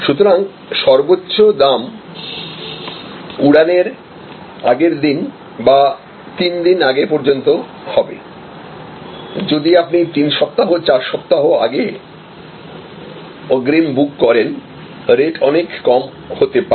সুতরাং সর্বোচ্চ দাম উড়ানের আগে র দিন বা 3 দিন আগে পর্যন্ত হবে যদি আপনি 3 সপ্তাহ 4 সপ্তাহ আগে অগ্রিম বুক করেন রেট অনেক কম হতে পারে